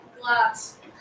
Glass